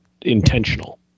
intentional